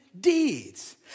deeds